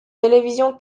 télévision